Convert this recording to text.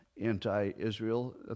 anti-Israel